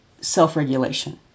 self-regulation